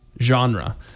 genre